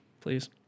please